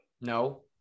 No